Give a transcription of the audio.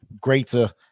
greater